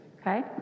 Okay